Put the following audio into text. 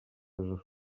els